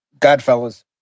Godfellas